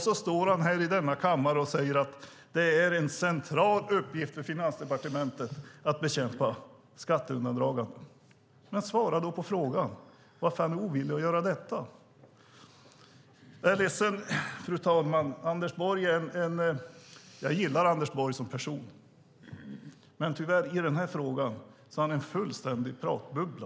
Så står han här i denna kammare och säger att det är en central uppgift för Finansdepartementet att bekämpa skatteundandragande. Men svara på frågan: Varför är han ovillig att göra detta? Jag är ledsen, fru talman, jag gillar Anders Borg som person, men i den här frågan är han tyvärr en fullständig pratbubbla.